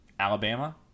Alabama